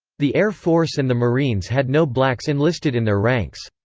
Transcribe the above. the air force and the marines had no blacks enlisted in their ranks.